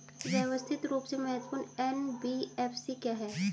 व्यवस्थित रूप से महत्वपूर्ण एन.बी.एफ.सी क्या हैं?